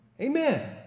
Amen